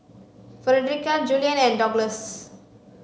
Frederica Julian and Douglas